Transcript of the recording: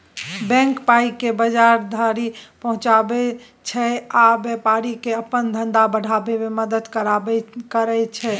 bank पाइकेँ बजार धरि पहुँचाबै छै आ बेपारीकेँ अपन धंधा बढ़ाबै मे मदद करय छै